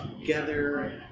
together